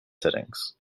settings